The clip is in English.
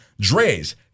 Dre's